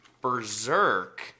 berserk